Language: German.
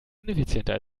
ineffizienter